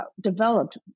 developed